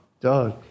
Doug